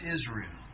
Israel